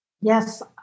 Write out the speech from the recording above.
Yes